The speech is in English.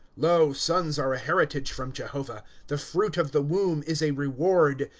lo, sons are a heritage from jehovah the fruit of the womb is a reward,